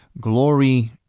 glory